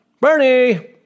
Bernie